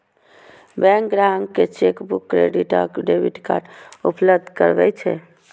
bank ग्राहक कें chequebook, credit आ डेबिट कार्ड उपलब्ध करबै छै